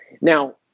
Now